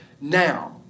now